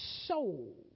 soul